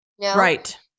Right